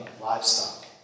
livestock